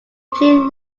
played